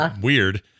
weird